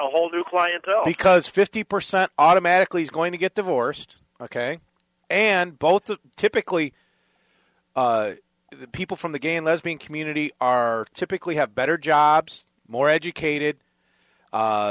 a whole new clientele because fifty percent automatically is going to get divorced ok and both of typically people from the gay and lesbian community are typically have better jobs more educated